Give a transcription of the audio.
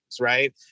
right